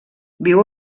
viu